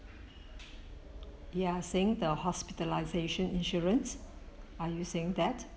you are saying the hospitalisation insurance are you saying that